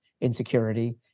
insecurity